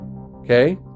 okay